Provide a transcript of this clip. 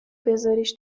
بزاریش